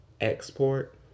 export